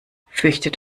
fürchtet